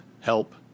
help